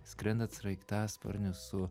skrendant sraigtasparniu su